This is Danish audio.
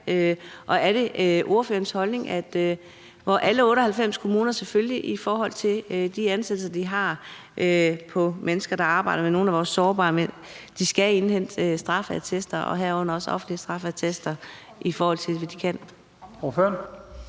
Er det ordførerens holdning, at hvor alle 98 kommuner selvfølgelig også i forhold til de ansættelser, de har af mennesker, der arbejder med nogle af vores sårbare, skal indhente straffeattester og herunder også offentlige straffeattester, i forhold til hvad de kan?